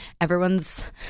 everyone's